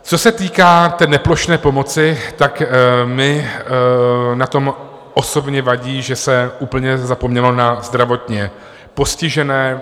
Co se týká neplošné pomoci, tak mi na tom osobně vadí, že se úplně zapomnělo na zdravotně postižené.